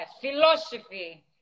philosophy